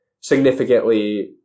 significantly